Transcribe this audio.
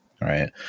Right